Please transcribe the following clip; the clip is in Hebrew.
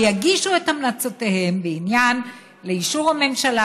ויגישו את המלצותיהם בעניין לאישור הממשלה,